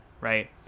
right